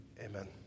amen